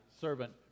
Servant